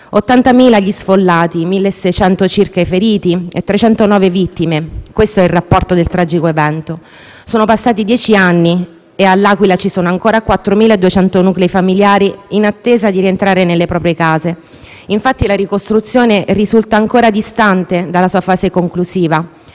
80.000 gli sfollati, 1.600 i feriti e 309 le vittime: questo è il rapporto del tragico evento. Sono passati dieci anni e a all'Aquila ci sono ancora 4.200 nuclei familiari in attesa di rientrare nelle proprie case; infatti, la ricostruzione risulta ancora distante dalla sua frase conclusiva,